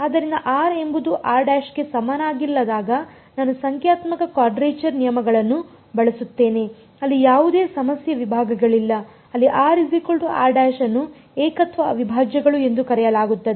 ಆದ್ದರಿಂದ r ಎಂಬುದು ಗೆ ಸಮನಾಗಿಲ್ಲದಿದ್ದಾಗ ನಾನು ಸಂಖ್ಯಾತ್ಮಕ ಕ್ವಾಡ್ರೇಚರ್ ನಿಯಮಗಳನ್ನು ಬಳಸುತ್ತೇನೆ ಅಲ್ಲಿ ಯಾವುದೇ ಸಮಸ್ಯೆ ವಿಭಾಗಗಳಿಲ್ಲ ಅಲ್ಲಿ ಅನ್ನು ಏಕತ್ವ ಅವಿಭಾಜ್ಯಗಳು ಎಂದು ಕರೆಯಲಾಗುತ್ತದೆ